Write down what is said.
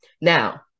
now